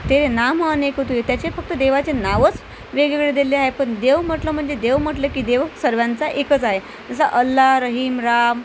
तेरे नाम अनेक त्याचे फक्त देवाचे नावच वेगळीवेगळी दिलेली आहेत पण देव म्हटलं म्हणजे देव म्हटलं की देव सर्वांचा एकच आहे जसं अल्लाह रहीम राम